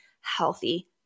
healthy